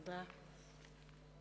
הודעה למזכיר.